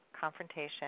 confrontation